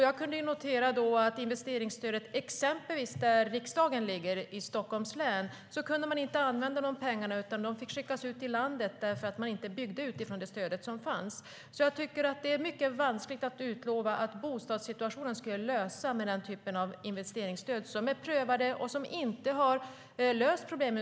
Jag kunde då notera att investeringsstödet, exempelvis där riksdagen ligger, i Stockholms län, inte kunde användas. De fick skickas ut i landet eftersom det stöd som fanns inte användes för byggande. Det är mycket vanskligt att utlova att bostadssituationen ska lösas med den typen av investeringsstöd. De har inte löst problemen.